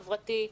חברתי,